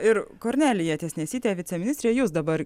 ir kornelija tiesnesyte viceministre jūs dabar